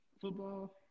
football